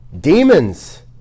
Demons